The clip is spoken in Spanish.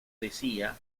decía